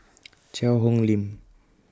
Cheang Hong Lim